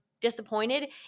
disappointed